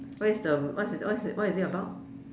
where is the what is what is what is it about